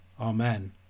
Amen